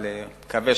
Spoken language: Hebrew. אני מקווה